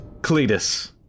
Cletus